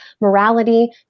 morality